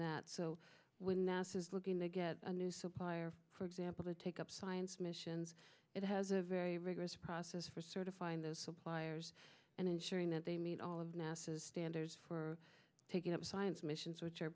that so when nasa is looking to get a new supplier for example to take up science missions it has a very rigorous process for certifying those suppliers and ensuring that they meet all of nasa standards for taking up science missions which are